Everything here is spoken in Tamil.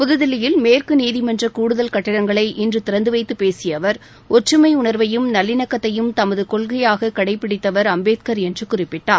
புதுதில்லியில்மேற்கு நீதிமன்ற கூடுதல் கட்டிடங்களை இன்று திறந்து வைத்து பேசிய அவர் ஒற்றுமை உணர்வையும் நல்லிணக்கத்தையும் தமது கொள்கையாக கடைப்பிடித்தவர் அம்பேத்கர் என்று குறிப்பிட்டார்